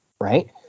right